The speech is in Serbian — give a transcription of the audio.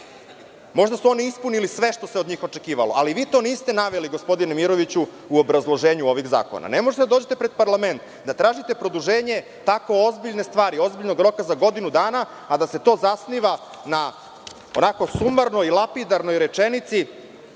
Možda su oni ispunili sve ono što se od njih očekivalo, ali vi to niste naveli gospodine Miroviću u obrazloženju ovih zakona. Ne možete da dođete pred parlament, da tražite produženje tako ozbiljne stvari, ozbiljnog roka za godinu dana a da se to zasniva na sumarnoj, lapidarnoj rečenici